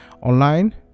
online